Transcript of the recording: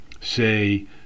say